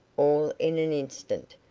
all in an instant,